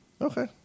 Okay